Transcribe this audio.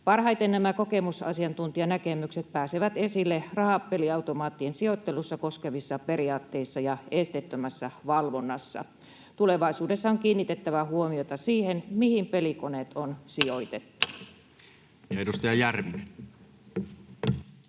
Parhaiten nämä kokemusasiantuntijanäkemykset pääsevät esille rahapeliautomaattien sijoittelua koskevissa periaatteissa ja esteettömässä valvonnassa. Tulevaisuudessa on kiinnitettävä huomiota siihen, mihin pelikoneet on sijoitettu. [Speech